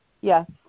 Yes